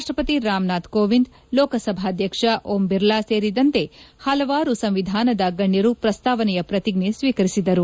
ರಾಷ್ಟ ಪತಿ ರಾಮನಾಥ್ ಕೋವಿಂದ್ ಲೋಕಸಭಾಧ್ಯಕ್ಷ ಓಂ ಬಿರ್ಲಾ ಸೇರಿದಂತೆ ಹಲವಾರು ಸಂವಿಧಾನದ ಗಣ್ಯರು ಪ್ರಸ್ತಾವನೆಯ ಪ್ರತಿಜ್ಞೆ ಸ್ವೀಕರಿಸಿದರು